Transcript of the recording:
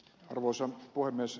arvoisa puhemies